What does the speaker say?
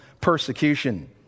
persecution